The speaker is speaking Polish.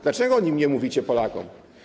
Dlaczego o tym nie mówicie Polakom?